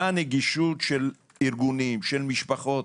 מה הנגישות של ארגונים, של משפחות.